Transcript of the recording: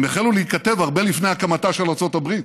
הם החלו להיכתב הרבה לפני הקמתה של ארצות הברית.